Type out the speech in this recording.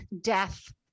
death